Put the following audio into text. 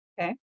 Okay